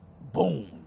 Boom